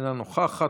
אינה נוכחת.